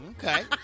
Okay